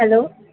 hello